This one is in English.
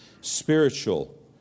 spiritual